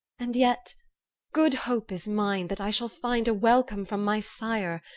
and yet good hope is mine that i shall find a welcome from my sire,